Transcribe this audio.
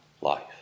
life